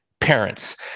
parents